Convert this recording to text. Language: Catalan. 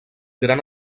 gran